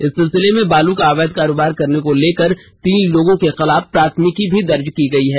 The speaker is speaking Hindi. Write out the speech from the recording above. इस सिलसिले में बालू का अवैध कारोबार करने को लेकर तीन लोगों के खिलाफ प्राधमिकी दर्ज की गई है